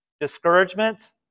discouragement